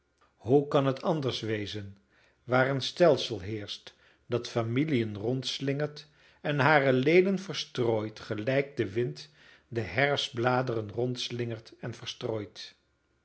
hoe kan het anders wezen waar een stelsel heerscht dat familiën rondslingert en hare leden verstrooit gelijk de wind de herfstbladeren rondslingert en verstrooit